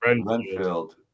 Renfield